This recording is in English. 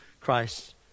Christ